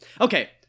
Okay